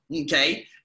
okay